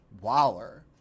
Waller